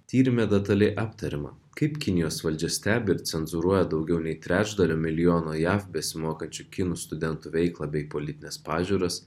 tyrime detaliai aptariama kaip kinijos valdžia stebi ir cenzūruoja daugiau nei trečdalio milijono jav besimokančių kinų studentų veiklą bei politines pažiūras